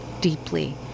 deeply